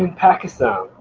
and pakistan.